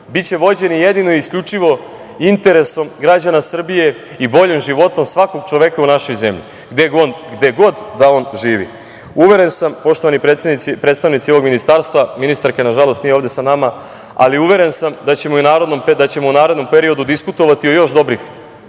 biće vođeni jedino i isključivo interesom građana Srbije i boljim životom svakog čoveka u našoj zemlji, gde god da on živi. Uveren sam, poštovani predstavnici ovog ministarstva, ministarka, nažalost, nije ovde sa nama, ali uveren sam da ćemo u narednom periodu diskutovati o još dobrih